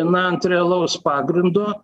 na ant realaus pagrindo